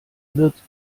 wird